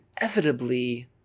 inevitably